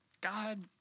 God